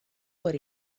por